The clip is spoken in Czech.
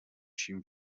čím